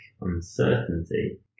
uncertainty